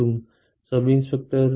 மற்றும் sub h